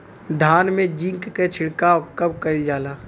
धान में जिंक क छिड़काव कब कइल जाला?